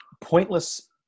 pointless